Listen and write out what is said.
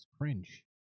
cringe